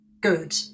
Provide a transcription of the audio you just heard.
good